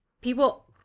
people